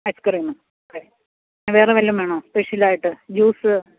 ice ക്രീമും വേറെ വല്ലതും വേണോ സ്പെഷ്യലായിട്ട് ജൂസ്